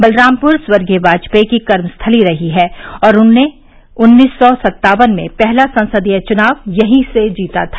बलरामपुर स्वर्गीय वाजपेई की कर्मस्थली रही है और उन्होंने उन्नीस सौ सत्तावन में पहला संसदीय चुनाव यहीं से जीता था